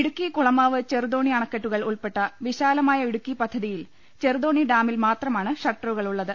ഇടുക്കി കുളമാവ് ചെറുതോണി അണക്കെട്ടുകൾ ഉൾപ്പെട്ട വിശാലമായ ഇടുക്കി പദ്ധതിയിൽ ചെറുതോണി ഡാമിൽ മാത്രമാണ് ഷട്ടറുകൾ ഉള്ളത്